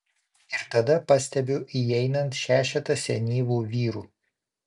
ir tada pastebiu įeinant šešetą senyvų vyrų